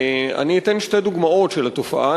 אני אתן שתי דוגמאות לתופעה,